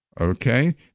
Okay